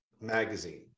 magazine